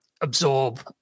absorb